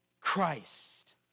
Christ